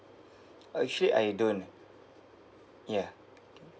actually I don't ya